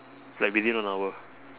like within one hour